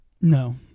No